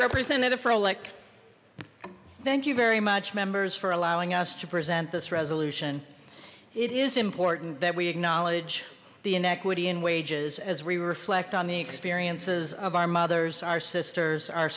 representative froelich thank you very much members for allowing us to present this resolution it is important that we acknowledge the inequity in wages as we reflect on the experiences of our mothers our sisters our